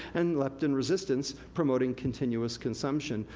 and leptin resistance promoting continuous consumption,